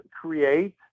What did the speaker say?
create